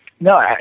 No